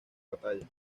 batalla